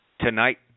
tonight